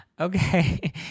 Okay